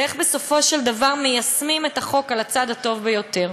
ואיך בסופו של דבר מיישמים את החוק על הצד הטוב ביותר,